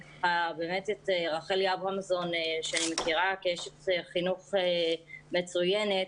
ואת רחלי אברמזון שאני מכירה כאשת חינוך מצוינת,